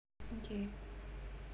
okay